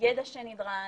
הידע שנדרש,